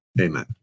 amen